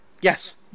Yes